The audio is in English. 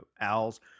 owls